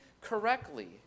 correctly